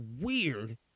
weird